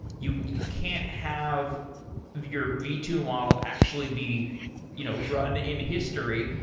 you can't have your v two model actually be you know run in history.